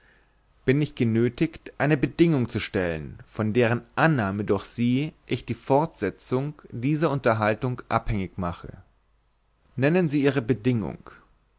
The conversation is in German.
bin ich genötigt eine bedingung zu stellen von deren annahme durch sie ich die fortsetzung dieser unterhaltung abhängig mache nennen sie ihre bedingung